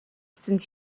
since